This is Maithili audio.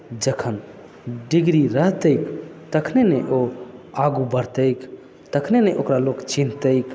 जखन डिग्री रहतैक तखने ने ओ आगू बढतैक तखने ने ओकरा लोक चिन्ह तैक